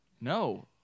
No